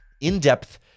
in-depth